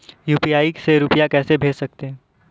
UPI से रुपया कैसे भेज सकते हैं?